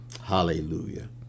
Hallelujah